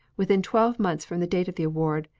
within twelve months from the date of the award,